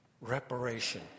reparation